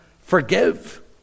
forgive